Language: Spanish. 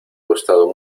gustado